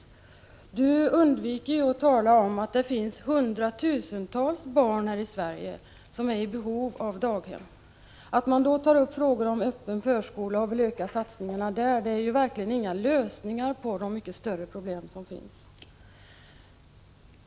Maj-Lis Lööw undviker att tala om att det finns hundratusentals barn i Sverige som är i behov av daghem. Att man vill öka satsningarna när det gäller öppen förskola är verkligen ingen lösning på de mycket större problem som finns.